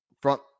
front